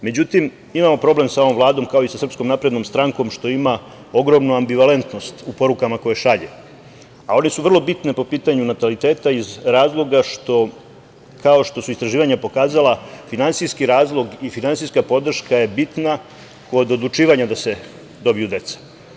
Međutim, imam problem sa ovom Vladom, kao i sa SNS što ima ogromnu ambivalentnost u porukama koje šalje, a one su vrlo bitne po pitanju nataliteta iz razloga što kao što su istraživanja pokazala, finansijski razlog i finansijska podrška je bitna kod odlučivanja da se dobiju deca.